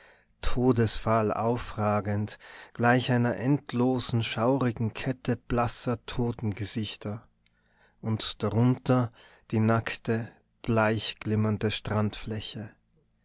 todesfahl aufragend gleich einer endlosen schaurigen kette blasser totengesichter und darunter die nackte bleich glimmernde strandfläche